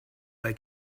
they